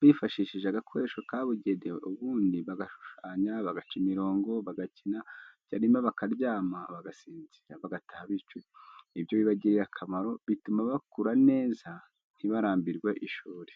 bifashishije agakoresho kabugenewe, ubundi bagashushanya, bagaca imirongo, bagakina, byarimba bakaryama bagasinzira, bagataha bicuye. Ibyo bibagirira akamaro, bituma bakura neza, ntibarambirwe ishuri.